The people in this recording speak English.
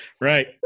Right